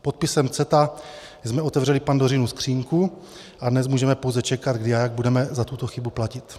Podpisem CETA jsme otevřeli Pandořinu skříňku a dnes můžeme pouze čekat, kdy a jak budeme za tuto chybu platit.